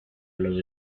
los